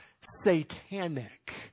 satanic